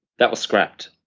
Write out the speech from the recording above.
that was scrapped.